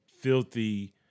filthy